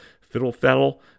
Fiddle-faddle